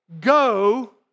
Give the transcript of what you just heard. go